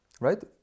right